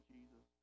Jesus